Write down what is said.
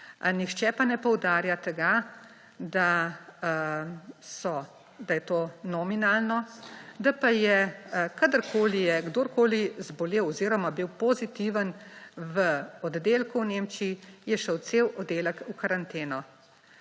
Nihče pa ne poudarja tega, da je to nominalno, da pa je kadarkoli je kdorkoli zbolel oziroma bil pozitiven v oddelku v Nemčiji, je šel cel oddelek v karanteno.